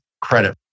credit